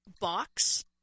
box